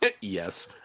Yes